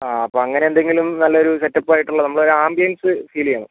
ആ അപ്പോൾ അങ്ങനെ എന്തെങ്കിലും നല്ല ഒരു സെറ്റപ്പ് ആയിട്ടുള്ള നമ്മൾ ഒരു ആംബിയൻസ് ഫീൽ ചെയ്യണം